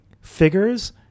figures